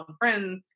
friends